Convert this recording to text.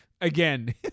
again